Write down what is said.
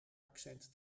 accent